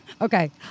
Okay